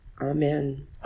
Amen